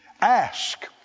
Ask